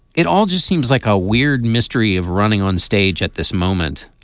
it all just seems like a weird mystery of running on stage at this moment.